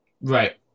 right